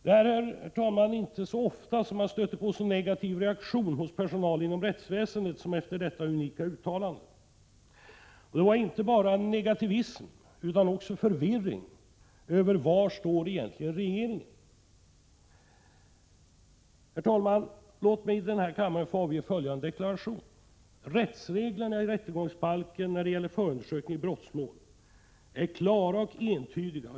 Det är, herr talman, inte så ofta som man stöter på en så negativ reaktion hos personal inom rättsväsendet som efter detta unika uttalande. Och det skapades inte bara negativa reaktioner utan också förvirring. Man frågade sig: Var står egentligen regeringen? Herr talman! Låt mig för kammaren få avge följande deklaration: Rättsreglerna i rättegångsbalken när det gäller förundersökning i brottmål är klara och entydiga.